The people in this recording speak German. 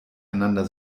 einander